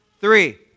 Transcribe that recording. three